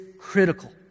critical